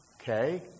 Okay